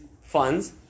funds